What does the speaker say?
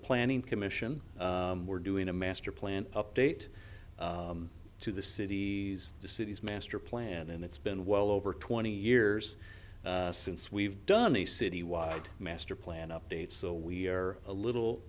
planning commission we're doing a master plan update to the cities the cities master plan and it's been well over twenty years since we've done a citywide master plan update so we are a little